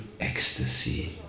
ecstasy